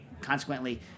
consequently